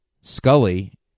Scully